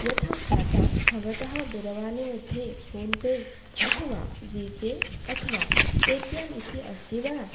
यथा भ्राता भवतः दूरवाणीमध्ये फ़ोन् पे अथवा ज़ी पे अथवा पे ती एम् इति अस्ति वा